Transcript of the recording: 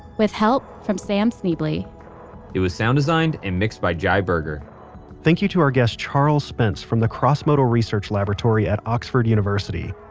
with help from sam schneble. it was sound designed and mixed by jai berger thank you to our guest charles spence from the crossmodal research laboratory at oxford university.